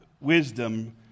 wisdom